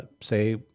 say